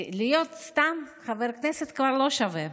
להיות סתם חבר כנסת כבר לא שווה.